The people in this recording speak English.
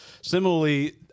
similarly